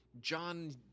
John